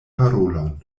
parolon